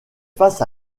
face